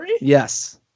Yes